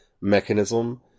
mechanism